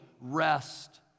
rest